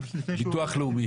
ביטוח לאומי.